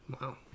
Wow